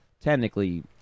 technically